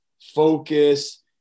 focus